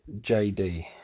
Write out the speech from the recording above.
JD